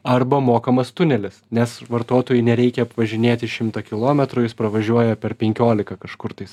arba mokamas tunelis nes vartotojui nereikia apvažinėti šimto kilometrų jis pravažiuoja per penkiolika kažkur tais